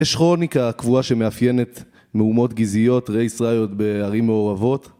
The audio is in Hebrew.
יש כרוניקה קבועה שמאפיינת מהומות גזעיות (race riot) בערים מעורבות